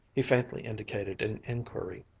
he faintly indicated an inquiry,